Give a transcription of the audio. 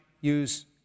use